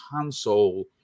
console